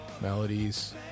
melodies